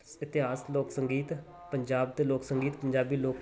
ਇਤਿਹਾਸ ਲੋਕ ਸੰਗੀਤ ਪੰਜਾਬ ਦੇ ਲੋਕ ਸੰਗੀਤ ਪੰਜਾਬੀ ਲੋਕ